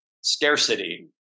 Scarcity